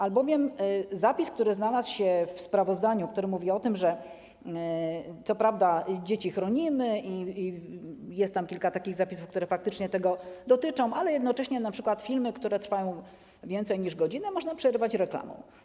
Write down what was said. Albowiem w sprawozdaniu znalazł się zapis, który mówi o tym, że co prawda dzieci chronimy - jest tam kilka takich zapisów, które faktycznie tego dotyczą - ale jednocześnie np. filmy, które trwają więcej niż godzinę, można przerwać reklamą.